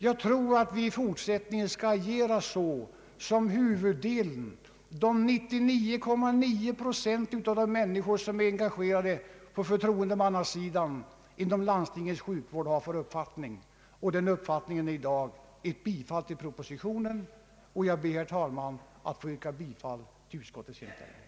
Jag tror att vi i fortsättningen skall agera i enlighet med uppfattningen hos huvuddelen, de 99,9 procenten, av de människor som är engagerade på förtroendemannasidan inom landstingens sjukvård, och den uppfattningen talar i dag för ett bifall till propositionen. Jag ber, herr talman, att få yrka bi fall till utskottets hemställan.